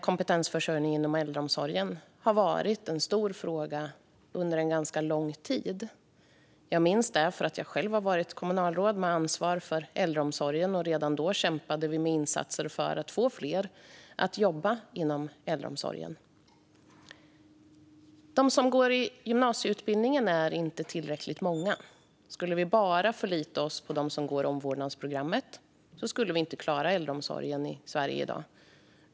Kompetensförsörjningen inom äldreomsorgen har varit en stor fråga under ganska lång tid. Jag minns det för att jag själv har varit kommunalråd med ansvar för äldreomsorgen. Redan då kämpade vi med insatser för att få fler att jobba inom äldreomsorgen. De som går gymnasieutbildningen är inte tillräckligt många. Skulle vi bara förlita oss på dem som går omvårdnadsprogrammet skulle vi inte klara äldreomsorgen i Sverige i dag.